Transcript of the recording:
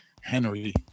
Henry